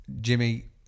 jimmy